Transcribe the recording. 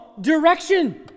direction